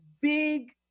big